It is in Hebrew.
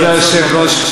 כבוד היושב-ראש,